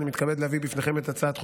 אני מתכבד להביא בפניכם את הצעת חוק